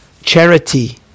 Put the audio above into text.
charity